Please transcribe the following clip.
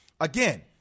Again